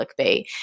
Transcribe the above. clickbait